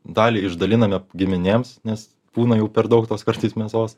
dalį išdaliname giminėms nes būna jau per daug tos kartais mėsos